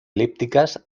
elípticas